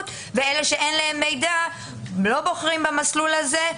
ואלה שאין להם מידע לא בוחרים במסלול הזה,